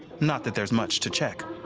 not that there's much to check.